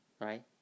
right